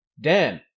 Dan